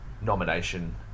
nomination